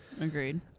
Agreed